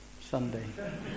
Sunday